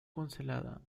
cancelada